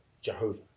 Jehovah